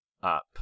Up